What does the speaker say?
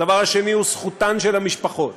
הדבר השני הוא זכותן של המשפחות